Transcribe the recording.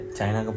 China